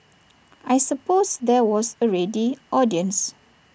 I suppose there was A ready audience